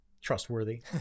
trustworthy